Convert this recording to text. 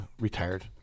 Retired